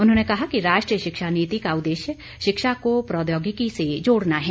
उन्होंने कहा कि राष्ट्रीय शिक्षा नीति का उद्देश्य शिक्षा को प्रौद्योगिकी से जोड़ना है